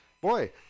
Boy